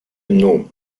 النوم